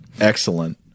Excellent